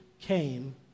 came